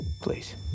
Please